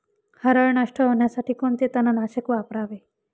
हरळ नष्ट होण्यासाठी कोणते तणनाशक वापरावे?